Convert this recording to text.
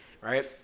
right